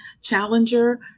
challenger